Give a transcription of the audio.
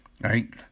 right